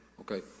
Okay